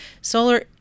Solar